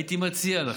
הייתי מציע לך